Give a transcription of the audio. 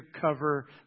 cover